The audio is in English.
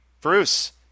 Bruce